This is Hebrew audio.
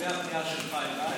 לגבי הפנייה שלך אליי,